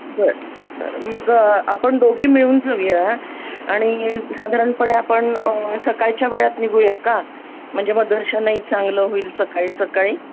बरं बरं मग आपण दोघी मिळून जाऊया आणि साधारणपणे आपण सकाळच्या वेळात निघूया का म्हणजे मग दर्शनही चांगलं होईल सकाळी सकाळी